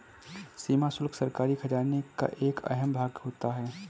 सीमा शुल्क सरकारी खजाने का एक अहम भाग होता है